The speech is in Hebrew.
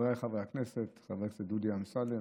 חבריי חברי הכנסת, חבר הכנסת דודי אמסלם,